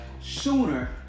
sooner